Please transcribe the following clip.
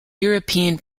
european